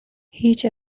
هیچ